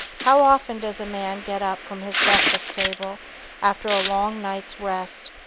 how often does a man get up from his breakfast-table after a long night's rest,